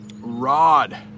Rod